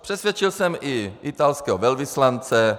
Přesvědčil jsem i italského velvyslance.